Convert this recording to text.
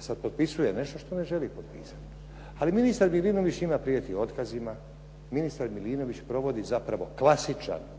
sad potpisuje nešto što ne želi potpisati. Ali ministar Milinović njima prijeti otkazima, ministar Milinović provodi zapravo klasičan primjer